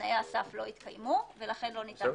שתנאי הסף לא התקיימו ולכן לא ניתן להתקין.